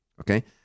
okay